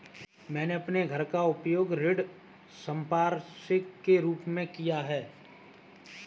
मैंने अपने घर का उपयोग ऋण संपार्श्विक के रूप में किया है